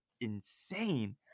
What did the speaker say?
insane